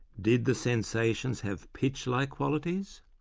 did the sensations have pitch-like qualities?